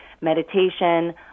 meditation